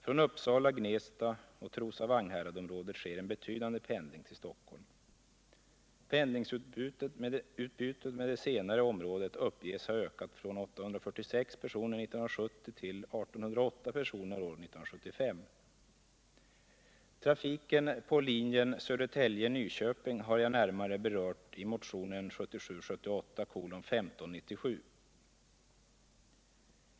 Från Uppsala, Gnesta och Trosa-Vagnhäradsområdet sker en betydande pendling till Stockholm. Pendlingsutbudet med det senare området uppges ha ökat från 846 personer 1970 till 1 808 personer år 1975. Trafik på linjen Södertälje-Nyköping har jag närmare berört i motionen 1977/78:1597.